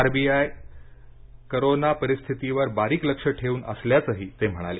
R B I corona परिस्थितीवर बारीक लक्ष ठेऊन असल्याचंही ते म्हणाले